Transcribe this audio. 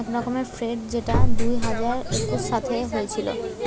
এক রকমের ফ্রড যেটা দুই হাজার একুশ সালে হয়েছিল